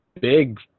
big